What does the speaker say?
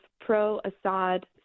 pro-Assad